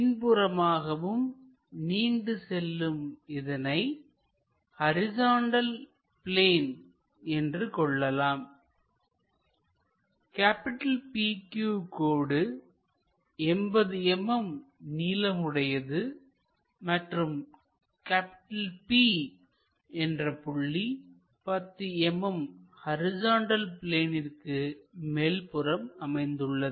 பின்புறமாகவும் நீண்டு செல்லும் இதனை ஹரிசாண்டல் பிளேன் என்று கொள்ளலாம் PQ கோடு 80 mm நீளமுடையது மற்றும் P என்ற புள்ளி 10 mm ஹரிசாண்டல் பிளேனிற்கு மேல்புறம் அமைந்துள்ளது